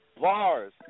bars